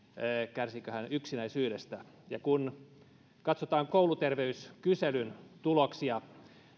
kärsiikö hän yksinäisyydestä kun katsotaan kouluterveyskyselyn tuloksia